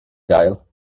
gael